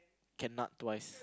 cannot twice